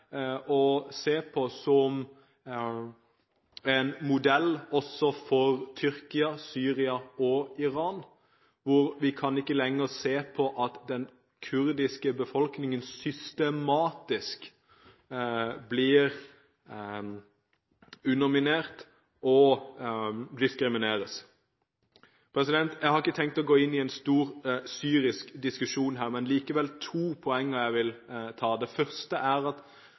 å se på som en modell også for Tyrkia, Syria og Iran, hvor vi ikke lenger kan se på at den kurdiske befolkningen systematisk blir underminert og diskriminert. Jeg har ikke tenkt å gå inn i en stor diskusjon om Syria her, men likevel er det to poenger jeg vil ta opp. Det første er at det er hevet over enhver tvil at